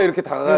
and guitar.